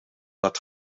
dat